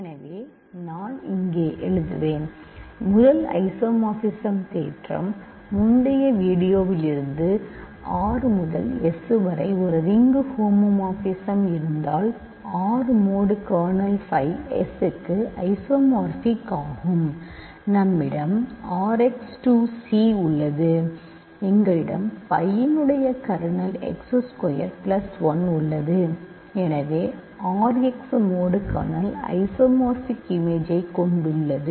எனவே இதை நான் இங்கே எழுதுவேன் எனவே முதல் ஐசோமார்பிசம் தேற்றம் முந்தைய வீடியோவிலிருந்து R முதல் S வரை ஒரு ரிங் ஹோமோமார்பிசம் இருந்தால் R mod kernel phi S க்கு ஐசோமார்பிக் ஆகும் நம்மிடம் R x டு C உள்ளது எங்களிடம் phi இன் கர்னல் x ஸ்கொயர் பிளஸ் 1 உள்ளது எனவே R x mod kernel isomorphic இமேஜை கொண்டுள்ளது